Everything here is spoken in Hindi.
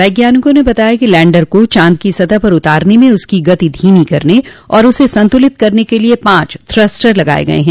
वैज्ञानिकों ने बताया कि लैंडर को चांद की सतह पर उतारने में उसकी गति धीमी करने और उसे संतुलित करने के लिए पांच थ्रस्टर लगाए गए हैं